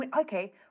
okay